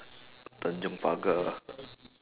tanjong pagar